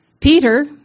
Peter